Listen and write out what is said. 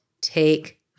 take